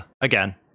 again